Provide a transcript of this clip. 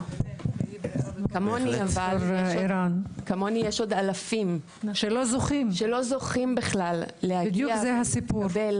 כמוני יש עוד אלפים שלא זוכים בכלל להגיע ולהתקבל